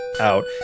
out